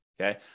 Okay